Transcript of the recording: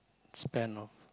span of